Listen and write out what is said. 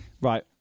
Right